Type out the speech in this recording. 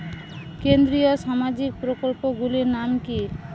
কেন্দ্রীয় সামাজিক প্রকল্পগুলি নাম কি কি?